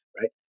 right